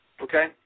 Okay